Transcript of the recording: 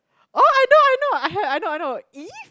oh I know I know I had I know I know